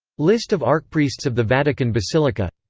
list of archpriests of the vatican basilica